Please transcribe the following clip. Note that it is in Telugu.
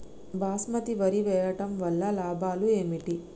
బాస్మతి వరి వేయటం వల్ల లాభాలు ఏమిటి?